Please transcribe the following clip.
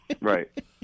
Right